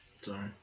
Sorry